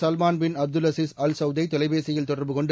சவ்மாள் bin Abdulaziz Al Saud தை தொலைபேசியில் தொடர்பு கொண்டு